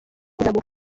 kuzamuka